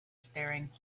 staring